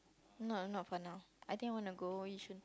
no not for now I think I want to go Yishun